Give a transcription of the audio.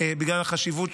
החשיבות